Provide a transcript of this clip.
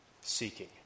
seeking